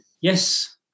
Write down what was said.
yes